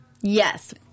Yes